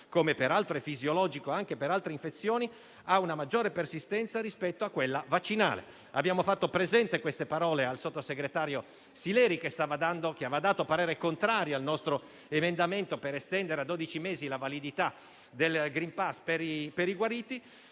come peraltro è fisiologico anche per altre infezioni, ha una maggiore persistenza rispetto a quella vaccinale. Abbiamo fatto presenti queste parole al sottosegretario Sileri, che aveva espresso parere contrario sul nostro emendamento che chiedeva di estendere a dodici mesi la validità del *green pass* per i guariti.